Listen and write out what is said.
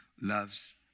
loves